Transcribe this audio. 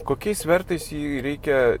kokiais svertais jį reikia